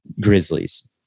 Grizzlies